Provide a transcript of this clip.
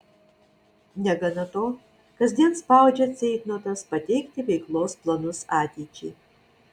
negana to kasdien spaudžia ceitnotas pateikti veiklos planus ateičiai